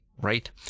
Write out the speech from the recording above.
right